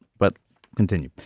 but continue.